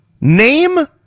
Name